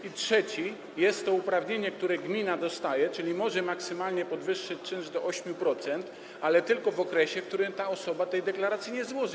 I trzeci, jest to uprawnienie, które gmina dostaje, czyli może maksymalnie podwyższyć czynsz do 8%, ale tylko w okresie, w którym ta osoba tej deklaracji nie złoży.